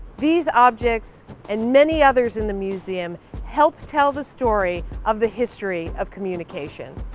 these objects and many others in the museum helped tell the story of the history of communication.